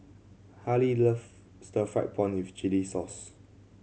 Halie love stir fried prawn with chili sauce